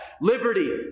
Liberty